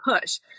push